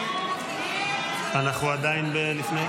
אנחנו עדיין לפני?